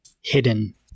hidden